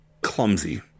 Clumsy